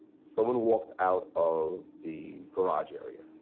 someone walked out of the garage area.